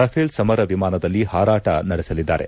Rafale ಸಮರ ವಿಮಾನದಲ್ಲಿ ಹಾರಾಟ ನಡೆಸಲಿದ್ದಾರೆ